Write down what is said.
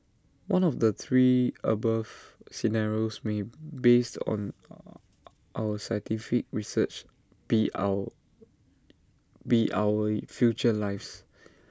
one of the three above scenarios may based on our scientific research be our be our future lives